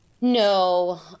No